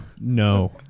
No